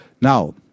Now